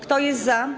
Kto jest za?